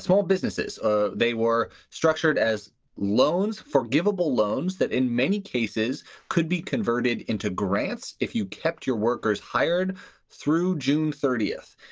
small businesses ah they were structured as loans, forgivable loans that in many cases could be converted into grants if you kept your workers hired through june thirtieth.